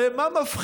הרי מה מפחיד